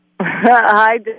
Hi